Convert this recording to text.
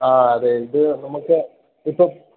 ആ അതെ ഇത് നമുക്ക് ഇപ്പം